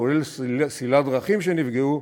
כולל סלילת דרכים שנפגעו,